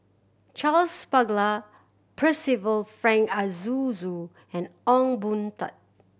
Charles Paglar Percival Frank Aroozoo and Ong Boon Tat